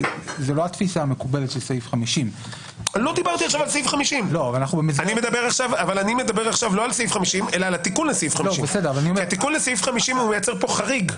זאת לא התפיסה המקובלת של סעיף 50. לא דיברתי עכשיו על סעיף 50. אני מדבר על התיקון לסעיף 50 כי התיקון לסעיף 50 מייצר פה חריג.